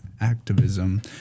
activism